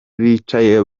bicaye